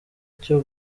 cyo